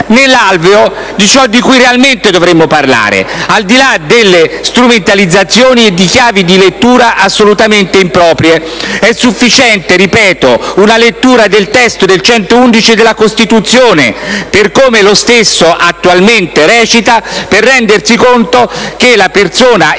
nell'alveo di ciò di cui realmente dovremmo parlare, al di là di strumentalizzazioni e di chiavi di lettura assolutamente improprie. È sufficiente una lettura del testo dell'articolo 111 della Costituzione, per come lo stesso attualmente recita, per rendersi conto che la persona imputata